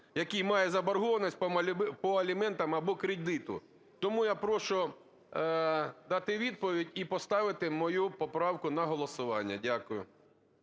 який має заборгованість по аліментам або кредиту. Тому я прошу дати відповідь і поставити мою поправку на голосування. Дякую.